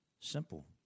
Simple